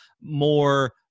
more